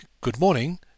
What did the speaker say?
good-morning